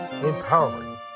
empowering